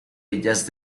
ellas